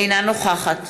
אינה נוכחת